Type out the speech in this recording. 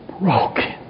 broken